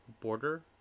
border